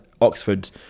Oxford